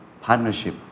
partnership